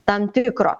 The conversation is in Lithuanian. tam tikro